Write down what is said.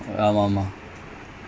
ஆனா:aanaa world cup is like